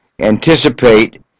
anticipate